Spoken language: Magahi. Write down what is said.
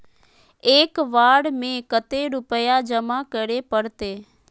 एक बार में कते रुपया जमा करे परते?